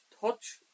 touch